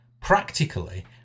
Practically